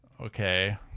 okay